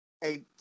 hey